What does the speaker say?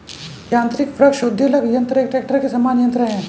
यान्त्रिक वृक्ष उद्वेलक यन्त्र एक ट्रेक्टर के समान यन्त्र है